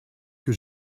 que